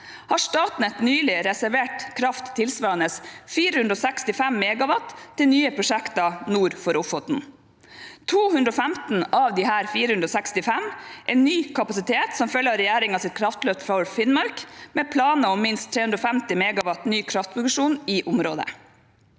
har Statnett nylig reservert kraft tilsvarende 465 MW til nye prosjekter nord for Ofoten. Av disse 465 er 215 ny kapasitet som følge av regjeringens kraftløft for Finnmark, med planer om minst 350 MW ny kraftproduksjon i området.